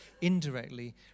indirectly